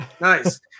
Nice